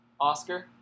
Oscar